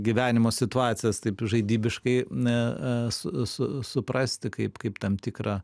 gyvenimo situacijas taip žaidibiškai na su suprasti kaip kaip tam tikrą